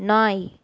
நாய்